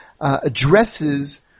addresses